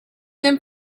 them